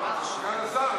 אני